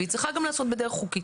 והיא צריכה גם להיעשות בדרך חוקית.